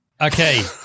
Okay